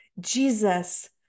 Jesus